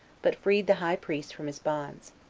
but freed the high priest from his bonds.